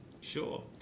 Sure